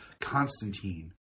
Constantine